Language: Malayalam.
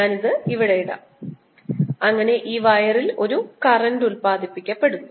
ഞാൻ ഇത് ഇവിടെ ഇടാം അങ്ങനെ ഈ വയറിൽ ഒരു കറന്റ് ഉൽപാദിപ്പിക്കപ്പെടുന്നു